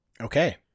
Okay